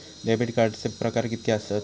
Debit कार्डचे प्रकार कीतके आसत?